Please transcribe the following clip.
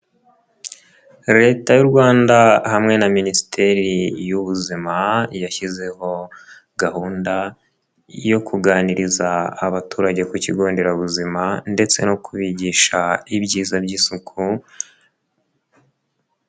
Leta y'u Rwanda hamwe na Minisiteri y'ubuzima yashyizeho gahunda yo kuganiriza abaturage ku kigo nderabuzima ndetse no kubigisha ibyiza by'isuku.